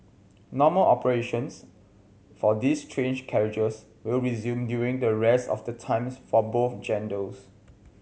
normal operations for these train carriages will resume during the rest of the times for both genders